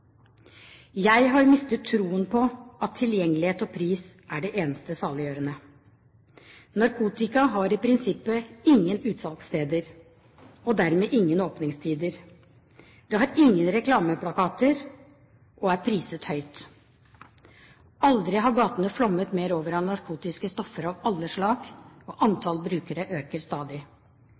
Jeg har mistet troen på at tilgjengelighet og pris er det eneste saliggjørende. Narkotika har i prinsippet ingen utsalgssteder og dermed ingen åpningstider, det har ingen reklameplakater og er priset høyt. Aldri har gatene flommet mer over av narkotiske stoffer av alle slag, og antall brukere øker stadig.